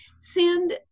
send